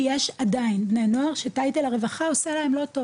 יש עדיין בני נוער שטייטל הרווחה עושה להם לא טוב,